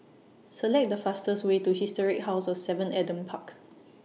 Select The fastest Way to Historic House of seven Adam Park